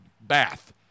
bath